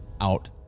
out